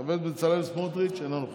חבר הכנסת בצלאל סמוטריץ' אינו נוכח,